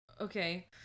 Okay